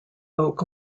oak